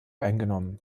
eingenommen